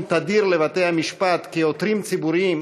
תדיר לבתי-המשפט כ'עותרים ציבוריים',